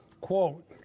Quote